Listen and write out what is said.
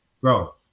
bro